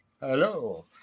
Hello